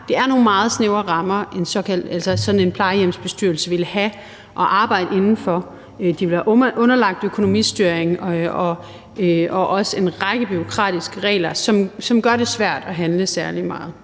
Det er nogle meget snævre rammer, en sådan plejehjemsbestyrelse vil have at arbejde inden for. De vil være underlagt økonomistyring og også en række bureaukratiske regler, som gør det svært at handle særlig meget.